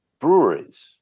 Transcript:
breweries